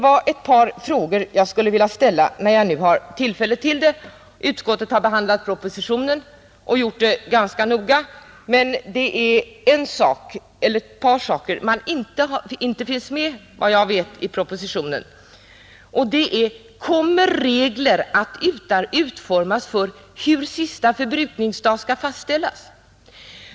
Jag skulle vilja ställa ett par frågor, när jag nu har tillfälle till det. Utskottet har behandlat propositionen och har gjort det ganska noga, men det är ett par saker som inte, såvitt jag vet, finns med i propositionen. Jag vill då fråga: Kommer regler att utformas för hur sista förbrukningsdag skall fastställas?